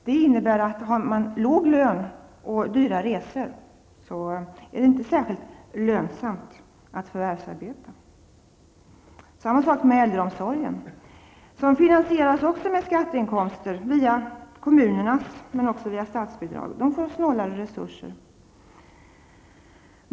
Det innebär att för dem som har låg lön och dyra resor är det inte särskilt lönsamt att förvärvsarbeta. Samma sak är det med äldreomsorgen. Den finansieras genom kommunernas skatteinkomster men också via statsbidrag och får allt snålare resurser.